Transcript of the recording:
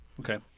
Okay